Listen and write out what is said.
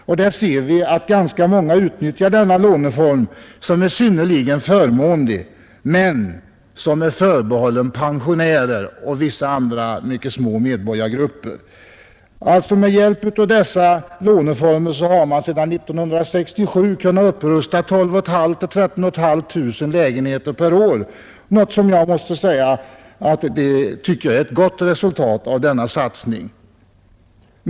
Ganska många utnyttjar som synes den låneformen, som är synnerligen förmånlig men som är förbehållen pensionärer och vissa andra små grupper medborgare. Med hjälp av dessa låneformer har man sedan 1967 kunnat rusta upp 12 500 — 13 500 lägenheter per år, något som måste betecknas som ett gott resultat av denna satsning.